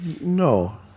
No